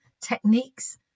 techniques